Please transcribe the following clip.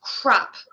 crap